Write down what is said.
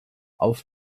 auf